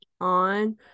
on